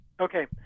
Okay